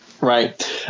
Right